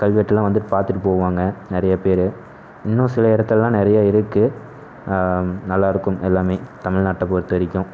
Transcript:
கல்வெட்டுலாம் வந்துட்டு பார்த்துட்டு போவாங்க நிறைய பேர் இன்னும் சில இடத்துல்லாம் நிறையே இருக்குது நல்லாயிருக்கும் எல்லாமே தமிழ்நாட்டை பொறுத்த வரைக்கும்